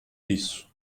disso